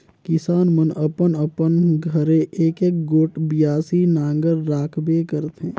किसान मन अपन अपन घरे एकक गोट बियासी नांगर राखबे करथे